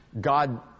God